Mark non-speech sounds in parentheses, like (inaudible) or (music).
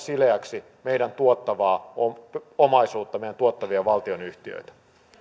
(unintelligible) sileäksi meidän tuottavaa omaisuuttamme ja meidän tuottavia valtionyhtiöitämme